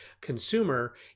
consumer